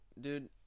dude